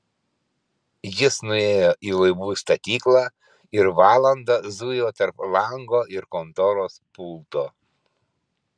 jis nuėjo į laivų statyklą ir valandą zujo tarp lango ir kontoros pulto